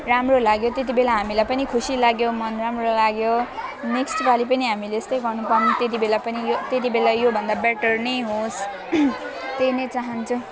राम्रो लाग्यो त्यतिबेला हामीलाई पनि खुसी लाग्यो मन राम्रो लाग्यो नेक्स्टपालि पनि हामी यस्तै गर्नु पाऊँ त्यतिबेला पनि त्यतिबेला योभन्दा बेटर नै होस् त्यही नै चाहन्छु